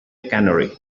canary